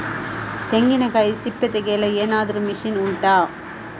ತೆಂಗಿನಕಾಯಿ ಸಿಪ್ಪೆ ತೆಗೆಯಲು ಏನಾದ್ರೂ ಮಷೀನ್ ಉಂಟಾ